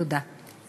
תודה.